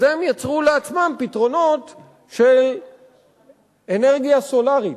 אז הם יצרו לעצמם פתרונות של אנרגיה סולרית,